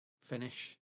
finish